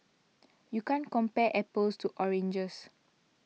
you can't compare apples to oranges